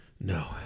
No